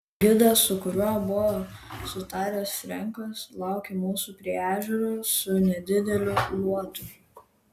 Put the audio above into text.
gidas su kuriuo buvo sutaręs frenkas laukė mūsų prie ežero su nedideliu luotu